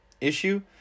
issue